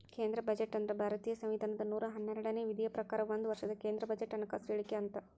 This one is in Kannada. ಕೇಂದ್ರ ಬಜೆಟ್ ಅಂದ್ರ ಭಾರತೇಯ ಸಂವಿಧಾನದ ನೂರಾ ಹನ್ನೆರಡನೇ ವಿಧಿಯ ಪ್ರಕಾರ ಒಂದ ವರ್ಷದ ಕೇಂದ್ರ ಬಜೆಟ್ ಹಣಕಾಸು ಹೇಳಿಕೆ ಅಂತ